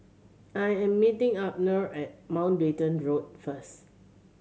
I am meeting Abner at Mountbatten Road first